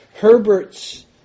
Herbert's